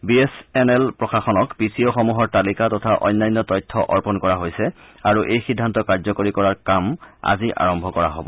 B S N L প্ৰশাসনক P C অ'সমূহৰ তালিকা তথা অন্যান্য তথ্য অৰ্পন কৰা হৈছে আৰু এই সিদ্ধান্ত কাৰ্যকৰী কৰাৰ কাম আজি আৰম্ভ কৰা হব